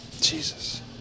Jesus